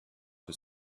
his